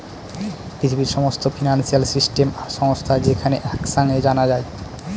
পৃথিবীর সমস্ত financial system আর সংস্থা যেখানে এক সাঙে জানা যায়